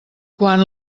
quan